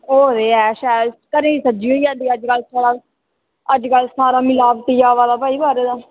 ओह् दे एह् शैल घरै ई सब्जी होई जा अजकल सारा मलावटी आवा दा भाई सारें कश